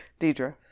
Deidre